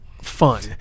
Fun